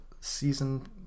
season